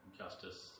justice